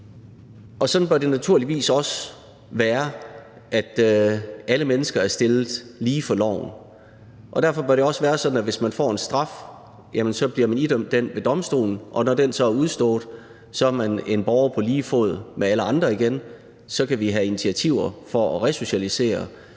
sådan bør det naturligvis også være, altså at alle mennesker er stillet lige for loven, og derfor bør det også være sådan, at hvis man får en straf, bliver man idømt den ved domstolene, og når den så er udstået, er man en borger på lige fod med alle andre igen. Så kan vi have initiativer for at resocialisere